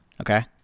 Okay